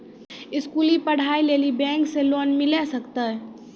स्कूली पढ़ाई लेली बैंक से लोन मिले सकते?